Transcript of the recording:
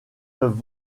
peuvent